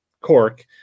cork